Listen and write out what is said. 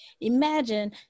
imagine